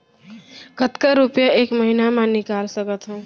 कतका रुपिया एक महीना म निकाल सकथव?